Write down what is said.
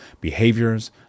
behaviors